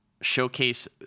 showcase